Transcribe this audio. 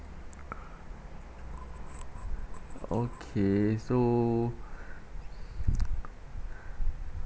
okay so